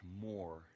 more